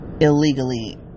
illegally